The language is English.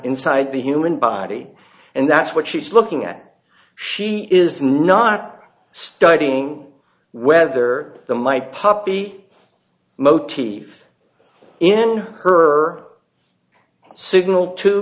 inside be human body and that's what she's looking at she is not studying whether the my puppy motif in her signal to